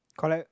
collect